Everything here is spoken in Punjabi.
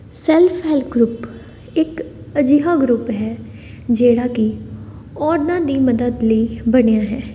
ਸੈਲਫ ਹੈਲਪ ਗਰੁੱਪ ਇੱਕ ਅਜਿਹਾ ਗਰੁੱਪ ਹੈ ਜਿਹੜਾ ਕਿ ਔਰਤਾਂ ਦੀ ਮਦਦ ਲਈ ਬਣਿਆ ਹੈ